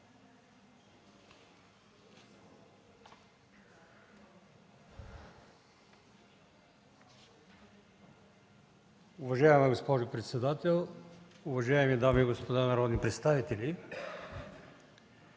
Уважаема госпожо председател, дами и господа народни представители!